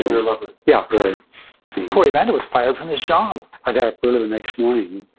your lover yeah right poor evander was fired from his job i got up early the next morning,